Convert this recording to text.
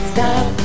Stop